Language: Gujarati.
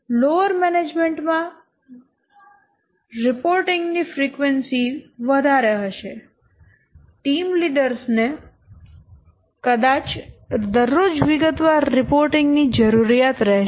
તો લોઅર મેનેજમેન્ટ માં રિપોર્ટિંગ ની ફ્રીક્વન્સી વધારે હશે ટીમ લીડર્સ ને કદાચ દરરોજ વિગતવાર રિપોર્ટિંગ ની જરૂરિયાત રહેશે